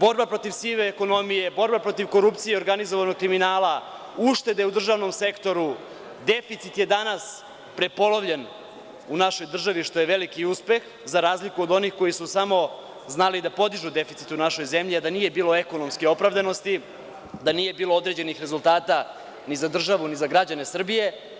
borba protiv sive ekonomije, borba protiv korupcije i organizovanog kriminala, uštede u državnom sektoru, deficit je danas prepolovljen u našoj državi, što je veliki uspeh, za razliku od onih koji su samo znali da podižu deficit u našoj zemlji, a da nije bilo ekonomske opravdanosti, da nije bilo određenih rezultata ni za državu ni za građane Srbije.